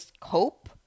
cope